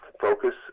focus